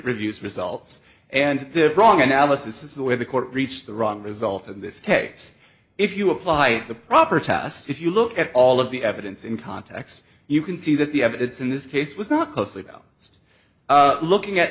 reviews results and the wrong analysis is the way the court reached the wrong result in this case if you apply the proper test if you look at all of the evidence in context you can see that the evidence in this case was not closely about just looking at